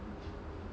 mm